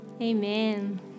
amen